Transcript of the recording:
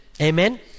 Amen